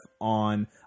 on